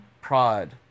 pride